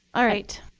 all right.